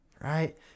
right